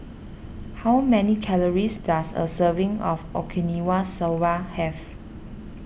how many calories does a serving of Okinawa Soba have